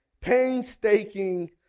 painstaking